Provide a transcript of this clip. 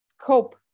cope